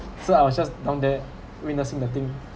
so I was just down there witnessing the thing